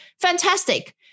Fantastic